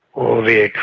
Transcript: all the